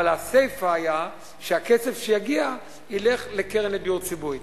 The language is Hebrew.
אבל הסיפא היתה שהכסף שיגיע ילך לקרן לדיור ציבורי.